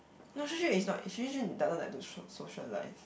no Xuan-Xuan is not Xuan-Xuan doesn't like to so~ socialize